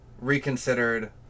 reconsidered